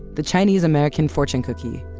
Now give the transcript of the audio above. the chinese-american fortune cookie,